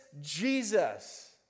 Jesus